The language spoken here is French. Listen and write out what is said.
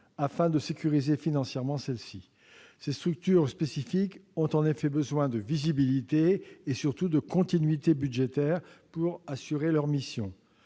afin de sécuriser financièrement ces structures spécifiques, qui ont besoin de visibilité et, surtout, de continuité budgétaire pour assurer leurs missions.